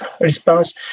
response